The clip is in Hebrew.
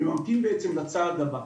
וממתין בעצם לצעד הבא.